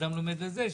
אדם לומד לזה,